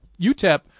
UTEP